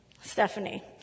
Stephanie